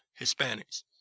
Hispanics